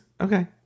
Okay